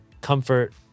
comfort